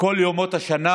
שכל ימות השנה